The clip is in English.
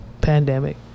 pandemic